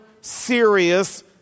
serious